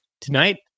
tonight